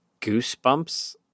goosebumps